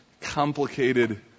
complicated